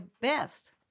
best